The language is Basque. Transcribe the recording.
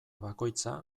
bakoitza